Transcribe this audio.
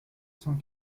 cent